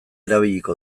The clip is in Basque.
erabiliko